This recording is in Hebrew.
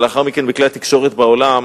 ולאחר מכן בכלי התקשורת בעולם,